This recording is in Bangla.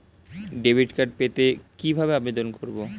ডেবিট কার্ড পেতে কি ভাবে আবেদন করব?